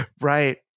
Right